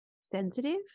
sensitive